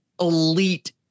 elite